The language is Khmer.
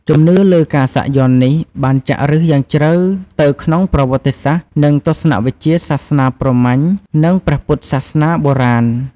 ជំនឿលើការសាក់យ័ន្តនេះបានចាក់ឫសយ៉ាងជ្រៅទៅក្នុងប្រវត្តិសាស្ត្រ និងទស្សនវិជ្ជាសាសនាព្រហ្មញ្ញ និងព្រះពុទ្ធសាសនាបុរាណ។